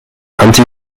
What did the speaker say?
anti